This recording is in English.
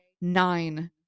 Nine